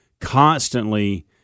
constantly